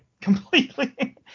completely